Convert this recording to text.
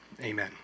Amen